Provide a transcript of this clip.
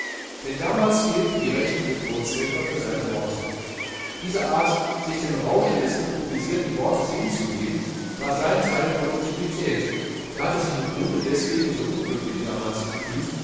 denn damals fehlten die rechten geburtshelfer für seine worte diese art sich dem rausche des improvisierten wortes hinzugeben war sein teil produktivität und er hatte sich im grunde deswegen so unglücklich damals gefühlt